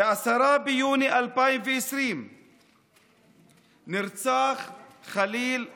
ב-10 ביוני 2020 נרצח חליל חליל,